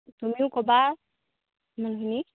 তুমিও ক'বা মানুহখিনিক